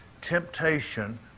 temptation